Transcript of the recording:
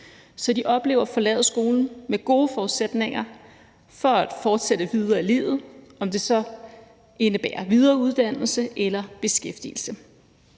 så de oplever at kunne forlade skolen med gode forudsætninger for at fortsætte videre i livet, om det så indebærer videreuddannelse eller beskæftigelse.